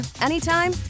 anytime